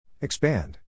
Expand